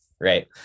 Right